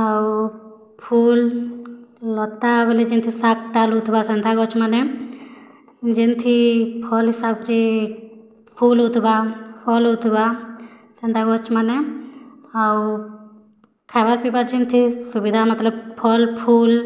ଆଉ ଫୁଲ୍ ଲତା ବୋଲେ ଯେମିତିକି ସେନ୍ତା ଗଛ୍ମାନେ ଯେମ୍ତି ଫଲ୍ ହିସାବରେ ଫୁଲ ହୋଇଥିବା ଫଲ୍ ହେଉଥିବା ସେନ୍ତା ଗଛମାନେ ଆଉ ଖାଇବାର୍ ପିଇବାର୍ ଯେମିତି ସୁବିଧା ନଥିଲେ ଫଲ୍ ଫୁଲ୍